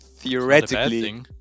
Theoretically